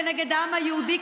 כנגד העם היהודי,